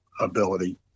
Ability